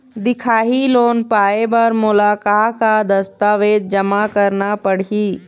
दिखाही लोन पाए बर मोला का का दस्तावेज जमा करना पड़ही?